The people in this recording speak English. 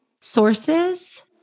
sources